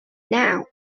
now